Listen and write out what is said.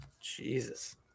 Jesus